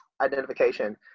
identification